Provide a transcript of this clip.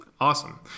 awesome